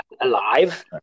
alive